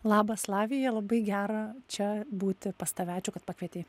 labas lavija labai gera čia būti pas tave ačiū kad pakvietei